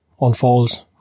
unfolds